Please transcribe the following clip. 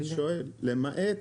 אני שואל חוץ